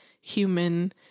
human